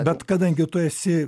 bet kadangi tu esi